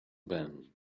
ben